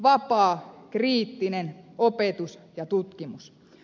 vapaa kriittinen opetus ja tutkimus